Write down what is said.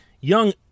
young